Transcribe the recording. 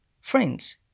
friends